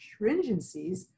stringencies